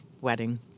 wedding